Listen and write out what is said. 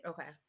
Okay